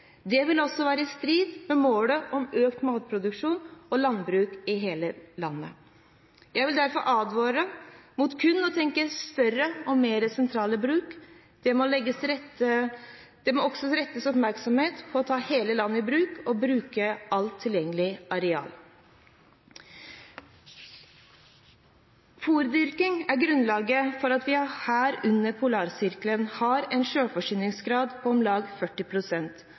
Det vil også være i strid med målet om økt matproduksjon og landbruk i hele landet. Jeg vil derfor advare mot kun å tenke større og mer sentrale bruk. Det må også rettes oppmerksomhet mot å ta hele landet i bruk og bruke alt tilgjengelig areal. Fôrdyrking er grunnlaget for at vi her under polarsirkelen har en selvforsyningsgrad på om lag